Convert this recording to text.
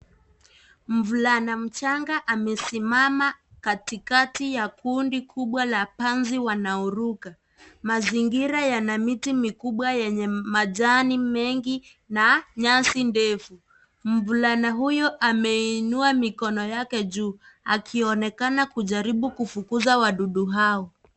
Mvulana mchanga amesimama katikati ya kundi kubwa la panzi wanaoruka. Mazingira yana miti mikubwa yenye majani mengi na nyasi ndefu. Mvulana huyo ameinua mikono yake juu akionekana kujaribu kufukuza wadudu hawa.